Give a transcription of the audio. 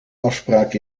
afspraak